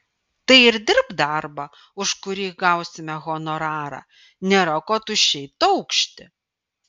tai ir dirbk darbą už kurį gausime honorarą nėra ko tuščiai taukšti